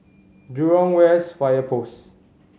Jurong West Fire Post